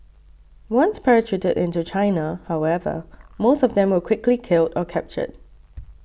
once parachuted into China however most of them were quickly killed or captured